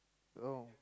oh